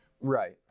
Right